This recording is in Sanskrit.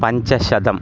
पञ्चशतम्